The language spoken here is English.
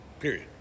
period